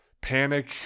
panic